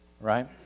right